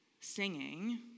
singing